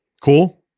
Cool